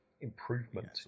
improvement